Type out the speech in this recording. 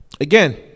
Again